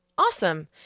awesome